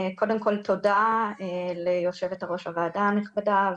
קודם כול תודה ליושבת-ראש הוועדה הנכבדה,